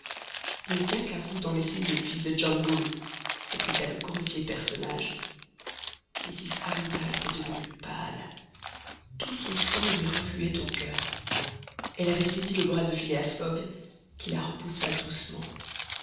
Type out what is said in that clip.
il ne tient qu'à vous d'en essayer fils de john bull répliqua le grossier personnage mrs aouda était devenue pâle tout son sang lui refluait au coeur elle avait saisi le bras de phileas fogg qui la repoussa doucement